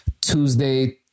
Tuesday